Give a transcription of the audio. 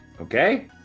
okay